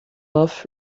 off